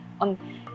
on